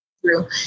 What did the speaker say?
true